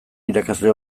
irakasle